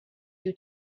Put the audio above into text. you